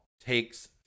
takes